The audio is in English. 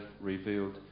revealed